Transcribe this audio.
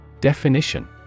Definition